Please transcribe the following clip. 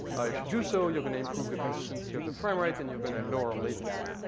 if you do so, you're going to improve the consistency of the frame rate and you're going to lower latency.